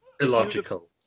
Illogical